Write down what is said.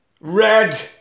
Red